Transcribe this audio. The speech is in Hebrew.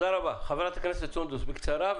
חברת הכנסת סונדוס סאלח, בבקשה, בקצרה.